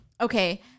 Okay